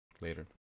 later